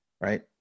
right